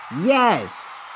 Yes